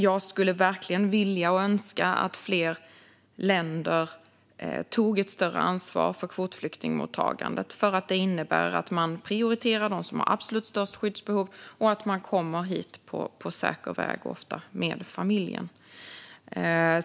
Jag skulle verkligen vilja och önska att fler länder tog ett större ansvar för kvotflyktingmottagandet, för det innebär att man prioriterar dem som har absolut störst skyddsbehov och att de kommer hit på säker väg, ofta med familjen.